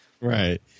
Right